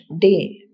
day